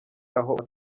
aho